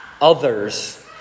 others